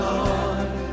Lord